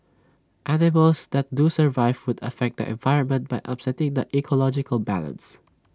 animals that do survive would affect the environment by upsetting the ecological balance